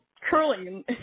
curling